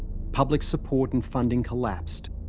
public support and funding collapsed.